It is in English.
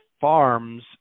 farms